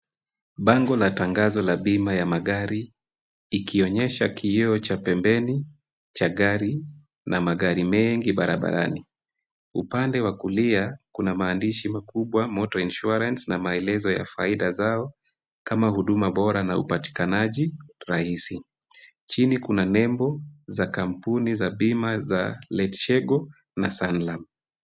Bango la tangazo la bima ya magari , ikionyesha kioo cha pembeni cha gari na magari mengi barabarani, upande wa kulia kuna maandishi makubwa Motor Insurance na maelezo ya faida zao kama huduma bora na upatikanaji urahisi , chini kuna nembo za kampuni za bima za Letshego na Sanlam .